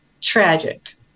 tragic